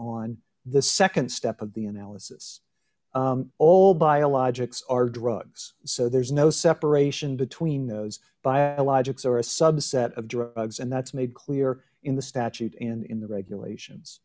on the nd step of the analysis all d biologics are drugs so there's no separation between those biologics are a subset of drugs and that's made clear in the statute and in the regulations